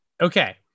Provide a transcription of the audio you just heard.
Okay